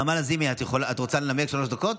נעמה לזימי, את רוצה לנמק שלוש דקות?